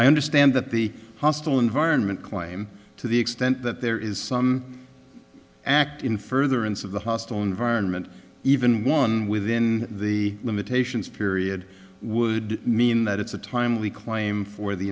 i understand that the hostile environment claim to the extent that there is some act in furtherance of the hostile environment even one within the limitations period would mean that it's a timely claim for the